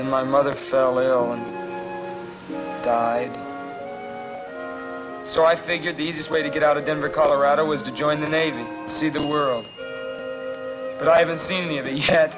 and my mother fell ill so i figured the easiest way to get out of denver colorado was to join the navy see the world but i haven't seen any of it yet